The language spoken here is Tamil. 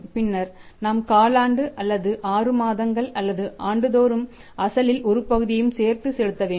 பின்னர் நாம் காலாண்டு அல்லது ஆறு மாதங்கள் அல்லது ஆண்டுதோறும் அசலில் ஒருபகுதியையும் சேர்த்து செலுத்த வேண்டும்